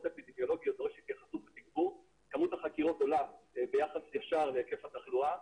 אפידמיולוגיות --- כמות החקירות עולה ביחס ישר להיקף התחלואה.